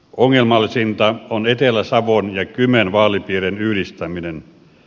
ongelmallisinta on etelä savon ja kymen vaalipiirien yhdistäminen